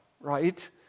right